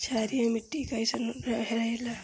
क्षारीय मिट्टी कईसन रहेला?